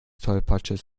tollpatsches